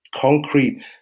concrete